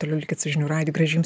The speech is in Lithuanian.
toliau likit su žinių radiju gražių